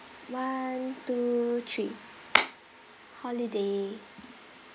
one two three holiday